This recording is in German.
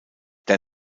der